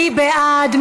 מי בעד?